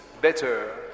better